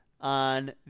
on